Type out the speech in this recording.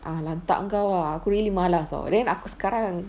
ah lantak kau ah aku really malas [tau] then aku sekarang